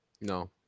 No